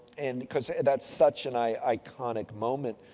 and, because that's such an iconic moment.